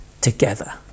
together